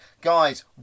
guys